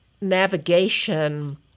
navigation